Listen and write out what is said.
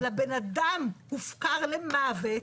אלא בן-אדם הופקר למוות,